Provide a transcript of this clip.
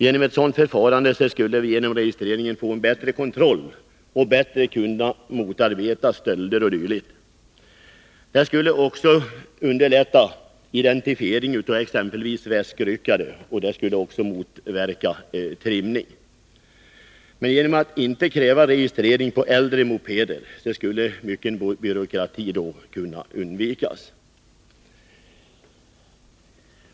Genom ett sådant förfarande skulle vi få en bättre kontroll och därmed bättre kunna motarbeta stölder o. d. Registreringen skulle också underlätta identifiering av väskryckare och motverka trimning. Genom att inte kräva registrering av äldre mopeder anser vi att mycken byråkrati skulle kunna undvikas.